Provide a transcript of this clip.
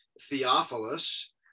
Theophilus